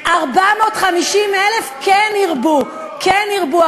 ועדת הכספים נותנת, 450,000, כן ירבו, כן ירבו.